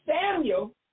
Samuel